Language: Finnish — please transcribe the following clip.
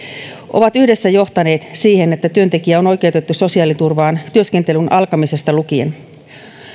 ovat yhdessä johtaneet siihen että työntekijä on oikeutettu sosiaaliturvaan työskentelyn alkamisesta lukien